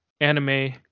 anime